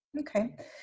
okay